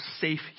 safe